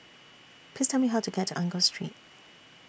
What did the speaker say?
Please Tell Me How to get to Angus Street